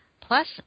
Plus